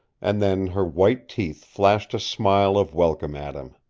and then her white teeth flashed a smile of welcome at him.